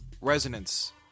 resonance